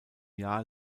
jahr